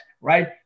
Right